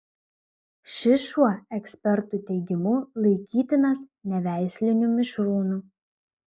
šis šuo ekspertų teigimu laikytinas neveisliniu mišrūnu